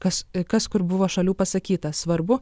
kas kas kur buvo šalių pasakyta svarbu